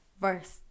verse